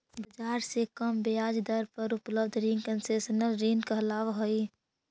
बाजार से कम ब्याज दर पर उपलब्ध रिंग कंसेशनल ऋण कहलावऽ हइ